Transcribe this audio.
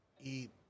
eat